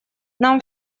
нам